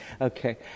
Okay